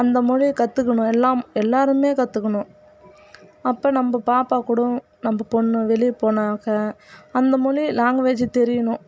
அந்த மொழியை கற்றுக்கணும் எல்லாம் எல்லாருமே கற்றுக்கணும் அப்போ நம்ப பாப்பா கூட நம்ப பொண்ணு வெளியே போனாக்கா அந்த மொழி லேங்குவேஜு தெரியணும்